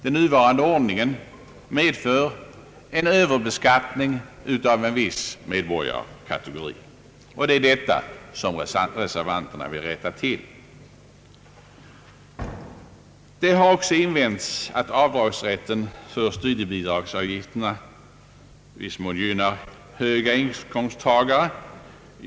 Den nuvarande ordningen medför en överbeskattning av en viss kategori medborgare. Det är detta som reservanterna vill rätta till. Det har också invänts att avdragsrät ten för studiemedelsavgifterna i viss mån gynnar höga inkomsttagare.